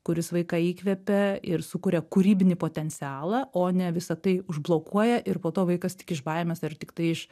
kuris vaiką įkvepia ir sukuria kūrybinį potencialą o ne visa tai užblokuoja ir po to vaikas tik iš baimės ar tiktai iš